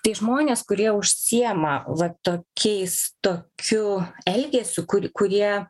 tai žmonės kurie užsiėma va tokiais tokiu elgesiu kur kurie